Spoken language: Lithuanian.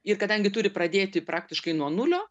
ir kadangi turi pradėti praktiškai nuo nulio